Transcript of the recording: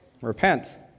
repent